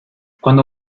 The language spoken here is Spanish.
cuanto